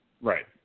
Right